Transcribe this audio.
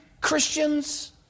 Christians